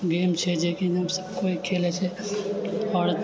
game छै जेकि एकदम सब कोइ खेलै छै आओर